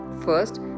first